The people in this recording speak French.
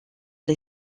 les